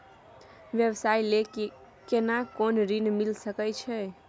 व्यवसाय ले केना कोन ऋन मिल सके छै?